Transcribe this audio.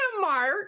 Mark